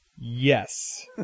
Yes